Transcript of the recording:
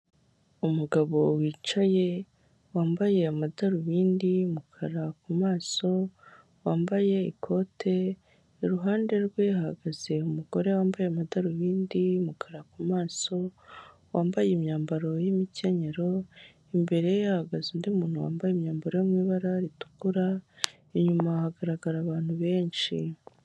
Umugabo wicaye wambaye amadarubindi y'umukara ku maso wambaye ikote iruhande rwe hahagaze umugore wambaye amadarubindi y'umukara kumaso wambaye imyambaro y'imikenyero imbere ahagaze undi muntu wambaye imyambaro yo mu ibara ritukura inyuma hagaragara abantu benshi.